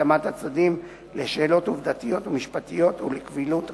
הסכמת הצדדים על שאלות עובדתיות ומשפטיות ולקבילות ראיות,